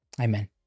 Amen